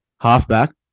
Halfback